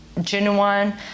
genuine